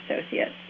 associates